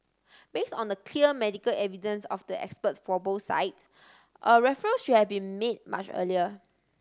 base on the clear medical evidence of the experts for both sides a referral should have been made much earlier